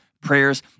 prayers